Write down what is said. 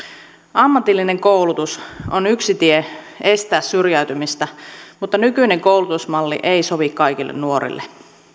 ammatillinen koulutus on yksi tie estää syrjäytymistä mutta nykyinen koulutusmalli ei sovi kaikille nuorille